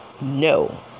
No